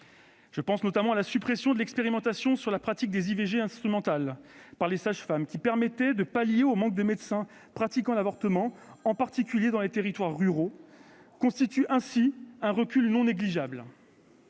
Je pense notamment à la suppression de l'expérimentation sur la pratique des IVG instrumentales par les sages-femmes, qui permettrait de pallier le manque de médecins pratiquant l'avortement, en particulier dans les territoires ruraux. Cela constitue un recul non négligeable.